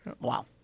Wow